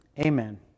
Amen